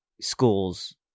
schools